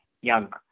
young